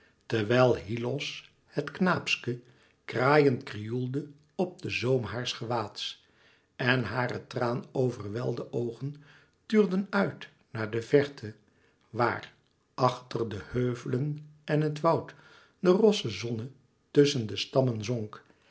terwijl hyllos het knaapske kraaiend krioelde op den zoom haars gewaads en hare traan overwelde oogen tuurden uit naar de verte waar achter de heuvelen en het woud de rosse zonne tusschen de stammen